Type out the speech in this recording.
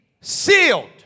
sealed